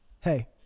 Hey